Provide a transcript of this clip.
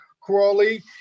Crawley